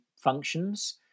functions